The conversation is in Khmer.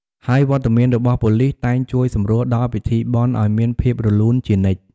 ហើយវត្តមានរបស់ប៉ូលីសតែងជួយសម្រួលដល់ពិធីបុណ្យឲ្យមានភាពរលូនជានិច្ច។